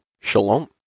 Shalom